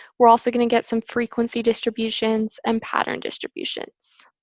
we're also going to get some frequency distributions and pattern distributions.